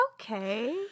Okay